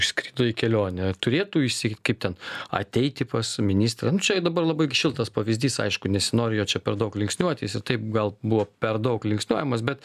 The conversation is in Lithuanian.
išskrido į kelionę turėtų išsyk kaip ten ateiti pas ministrą nu čia dabar labai šiltas pavyzdys aišku nesinori jo čia per daug linksniuoti jis ir taip gal buvo per daug linksniuojamas bet